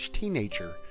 teenager